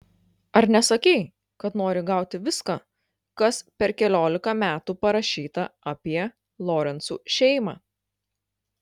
ar nesakei kad nori gauti viską kas per keliolika metų parašyta apie lorencų šeimą